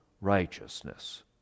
righteousness